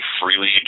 freely